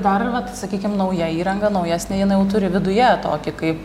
dar vat sakykim nauja įranga naujesnė jinai jau turi viduje tokį kaip